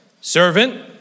Servant